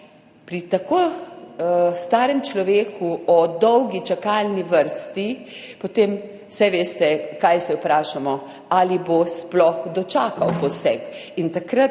pri tako starem človeku o dolgi čakalni vrsti, potem, saj veste, kaj se vprašamo – ali bo sploh dočakal poseg. In takrat